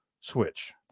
switch